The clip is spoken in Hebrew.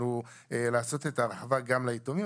הוא לעשות את ההרחבה גם ליתומים,